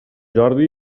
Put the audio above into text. jordi